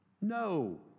No